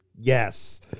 Yes